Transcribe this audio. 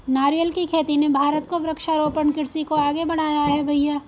नारियल की खेती ने भारत को वृक्षारोपण कृषि को आगे बढ़ाया है भईया